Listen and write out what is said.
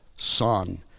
Son